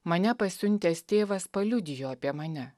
mane pasiuntęs tėvas paliudijo apie mane